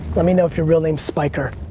let me know if your real name's spiker.